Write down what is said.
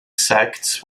sects